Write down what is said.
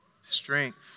strength